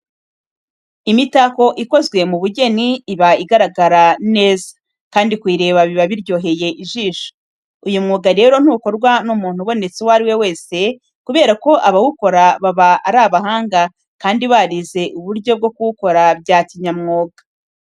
Imitako ikozwe mu bugeni, iba igaragara neza, kandi kuyireba biba biryoheye ijisho. Uyu mwuga rero ntukorwa n'umuntu ubonetse uwo ari we wese kubera ko abawukora baba ari abahanga kandi barize uburyo bwo kuwukora bya kinyamwuga.